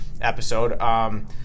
episode